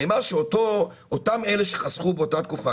נאמר שאותם אלה שחסכו באותה תקופה,